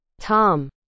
Tom